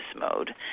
mode